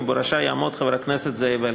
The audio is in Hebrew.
ובראשה יעמוד חבר הכנסת זאב אלקין.